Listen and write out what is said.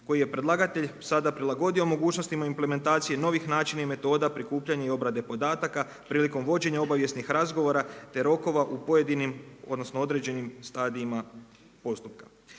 koji je predlagatelj sada prilagodio mogućnostima implementacije novih načina i metoda prikupljanja i obrade podataka prilikom vođenja obavijesnih razgovora te rokova u pojedinim, odnosno određenim stadijima postupka.